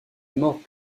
mort